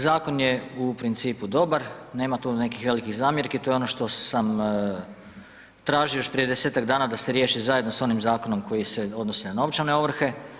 Zakon je u principu dobar, nema tu nekih velikih zamjerki to je ono što sam tražio još prije 10-tak dana da se riješi zajedno s onim zakonom koji se odnosi na novčane ovrhe.